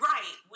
Right